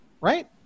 right